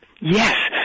Yes